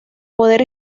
poder